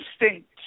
instinct